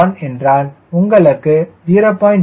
1 என்றால் உங்களுக்கு 0